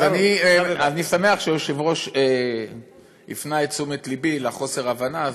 אז אני שמח שהיושב-ראש הפנה את תשומת לבי לחוסר ההבנה הזה,